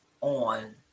on